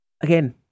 again